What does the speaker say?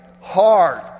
hard